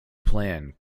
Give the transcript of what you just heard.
plan